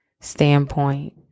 standpoint